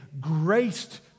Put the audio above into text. graced